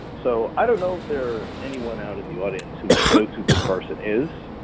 so i don't know if there anyone out in the audience who knows who this person is,